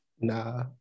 Nah